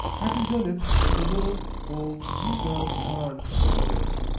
i present it to the little, old, blue-gowned khan of the village.